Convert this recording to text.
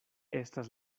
estas